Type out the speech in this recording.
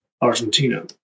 Argentina